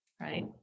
Right